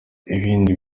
ibindi